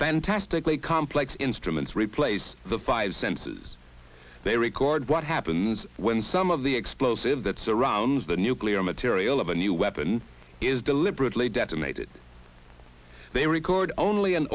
fantastically complex instruments replace the five senses they record what happens when some of the explosive that surrounds the nuclear material of a new weapon is deliberately detonated they record only an